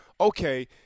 Okay